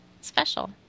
special